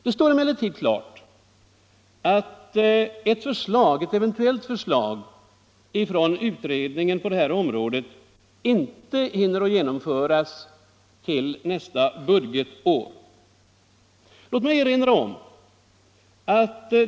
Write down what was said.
Det står emellertid klart att ett eventuellt förslag inte hinner genomföras till nästa budgetår.